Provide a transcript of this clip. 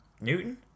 Newton